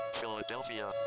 Philadelphia